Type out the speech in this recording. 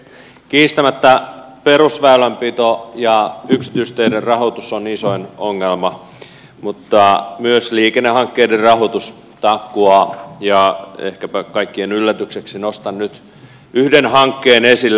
kiistämättä perusväylänpito ja yksityisteiden rahoitus on isoin ongelma mutta myös liikennehankkeiden rahoitus takkuaa ja ehkäpä kaikkien yllätykseksi nostan nyt yhden hankkeen esille